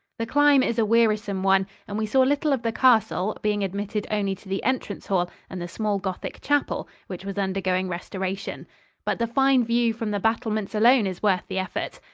the climb is a wearisome one, and we saw little of the castle, being admitted only to the entrance-hall and the small gothic chapel, which was undergoing restoration but the fine view from the battlements alone is worth the effort.